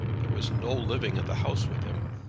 there was no living in the house with him.